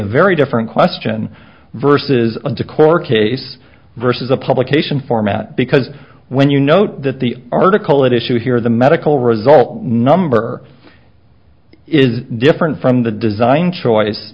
a very different question versus a decor case vs a publication format because when you note that the article that issue here the medical result number is different from the design choice